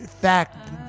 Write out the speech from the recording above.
fact